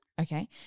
okay